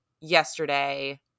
yesterday